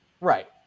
right